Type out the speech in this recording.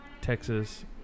Texas